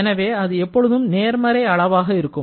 எனவே அது எப்பொழுதும் நேர்மறை அளவாக இருக்கும்